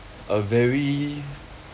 a very